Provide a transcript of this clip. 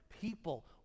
people